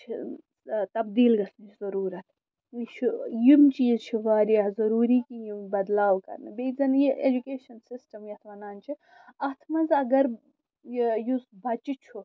چھِ تَبدیٖل گژھنٕچ ضروٗرت یہِ چھُ یِم چیٖز چھِ واریاہ ضروٗری کہِ یِم بدلاو کرنہٕ بیٚیہِ زَن یہِ ایجوٗکیشَن سِسٹم یَتھ وَنان چھِ اَتھ منٛز اَگر یہِ یُس بَچہٕ چھُ